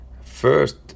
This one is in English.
First